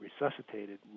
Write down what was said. resuscitated